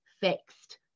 fixed